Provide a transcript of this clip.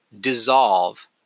dissolve